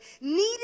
needed